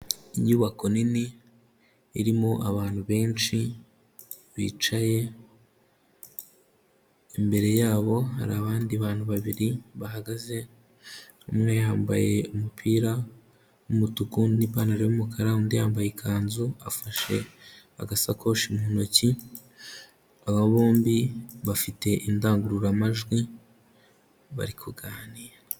Inyubako nini irimo abantu benshi bicaye, imbere yabo hari abandi bantu babiri bahagaze, umwe yambaye umupira w'umutuku n'ipantaro y'umukara kandi yambaye ikanzu afashe agasakoshi mu ntoki, aba bombi bafite indangururamajwi bari kuganira.